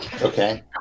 Okay